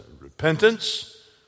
repentance